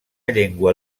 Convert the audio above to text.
llengua